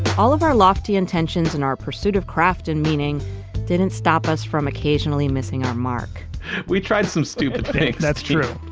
all of our lofty intentions in our pursuit of craft and meaning didn't stop us from occasionally missing our mark we tried some stupid things. that's true,